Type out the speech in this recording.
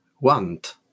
want